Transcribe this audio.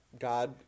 God